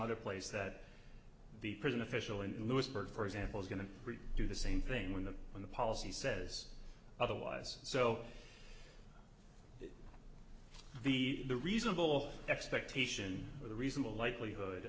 other place that the prison official in lewisburg for example is going to do the same thing when the when the policy says otherwise so the the reasonable expectation of the reasonable likelihood